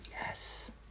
Yes